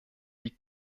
die